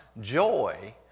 joy